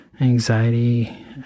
anxiety